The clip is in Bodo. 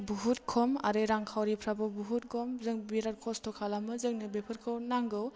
बहुद खम आरो रांखावरिफ्राबो बहुद खम जों बिराद खस्थ' खालामो जोंनो बेफोरखौ नांगौ